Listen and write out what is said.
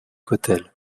cottel